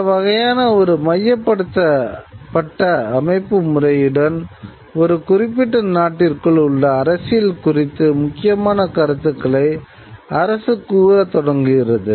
இந்த வகையான ஒரு மையப்படுத்தப்பட்ட அமைப்புமுறையுடன் ஒரு குறிப்பிட்ட நாட்டிற்குள் உள்ள அரசியல் குறித்து முக்கியமான கருத்துக்களை அரசு கூற தொடங்குகிறது